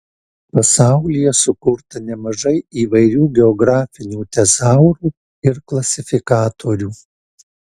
pasaulyje sukurta nemažai įvairių geografinių tezaurų ir klasifikatorių